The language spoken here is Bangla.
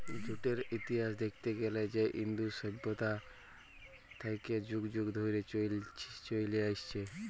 জুটের ইতিহাস দ্যাইখতে গ্যালে সেট ইন্দু সইভ্যতা থ্যাইকে যুগ যুগ ধইরে চইলে আইসছে